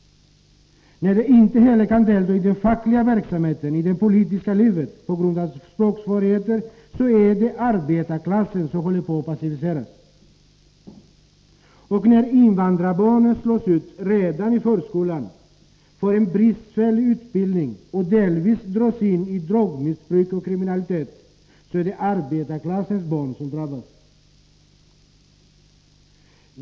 När de inte heller kan delta i den fackliga verksamheten och i det politiska livet på grund av språksvårigheter, så är det arbetsklassen som håller på att passiviseras. Och när invandrarbarnen slås ut redan i förskolan, får en bristfällig utbildning och delvis dras in i drogmissbruk och kriminalitet, så är det arbetarklassens barn som drabbas.